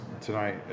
tonight